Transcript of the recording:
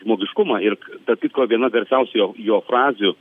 žmogiškumą ir tarp kitko viena garsiausių jo jo frazių